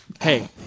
Hey